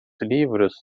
livros